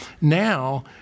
Now